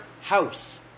house